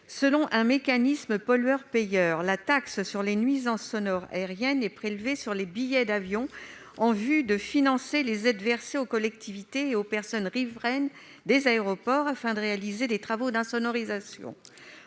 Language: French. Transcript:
Selon un mécanisme pollueur-payeur, la taxe sur les nuisances sonores aériennes (TNSA) est prélevée sur les billets d'avion en vue de financer les aides versées aux collectivités et aux personnes riveraines des aéroports, afin de réaliser des travaux d'insonorisation.